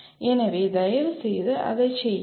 எனவே தயவுசெய்து அதைச் செய்யுங்கள்